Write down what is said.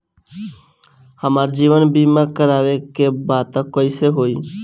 हमार जीवन बीमा करवावे के बा त कैसे होई?